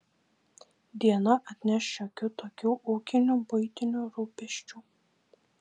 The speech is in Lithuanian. diena atneš šiokių tokių ūkinių buitinių rūpesčių